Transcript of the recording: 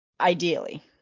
ideally